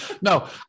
No